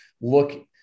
Look